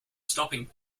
stopping